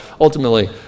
ultimately